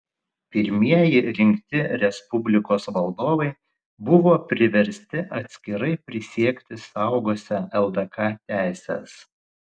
pirmieji rinkti respublikos valdovai buvo priversti atskirai prisiekti saugosią ldk teises